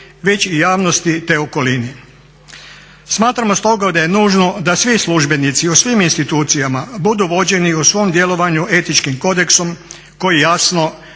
već i javnosti, te okolini. Smatramo stoga da je nužno da svi službenici u svim institucijama budu vođeni u svom djelovanju etičkim kodeksom koji jasno